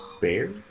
bear